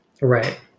Right